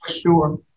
sure